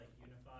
unified